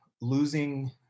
losing